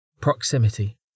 Proximity